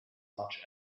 much